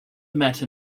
matter